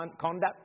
conduct